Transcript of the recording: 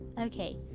Okay